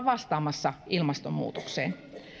vastaamassa ilmastonmuutokseen